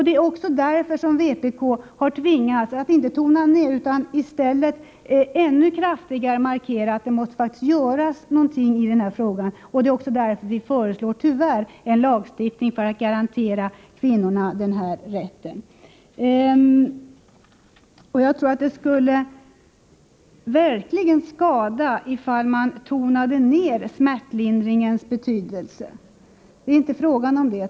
Det är därför vpk har tvingats att inte tona ned utan i stället ännu kraftigare markera att det faktiskt måste göras någonting i den här frågan. Det är också därför vi tyvärr måste föreslå lagstiftning för att garantera kvinnorna den här rätten. Jag tror att det verkligen skulle vara till skada ifall man tonade ned smärtlindringens betydelse. Det är inte fråga om att göra det.